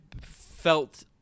felt